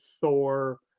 Thor